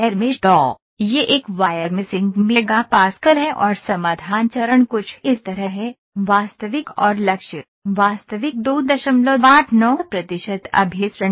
तो यह एक वायर मेषिंग मेगा पास्कल है और समाधान चरण कुछ इस तरह है वास्तविक और लक्ष्य वास्तविक 289 प्रतिशत अभिसरण दर है